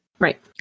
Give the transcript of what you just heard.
Right